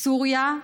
סוריה.